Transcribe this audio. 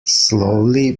slowly